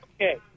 Okay